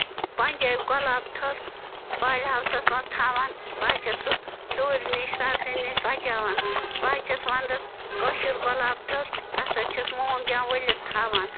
پنٛجٲبۍ گۄلاب تھٔر پالہِ ہاوسَس منٛز تھاوان بہٕ حظ چھَس سُہ تۭرِ نِش سردی نِش بَچاوان بہٕ حظ چھَس وَنٛدَس کٲشٕر گۄلاب تھٔر تَتھ حظ چھَس مومجام ؤلِتھ تھاوان